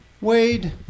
Wade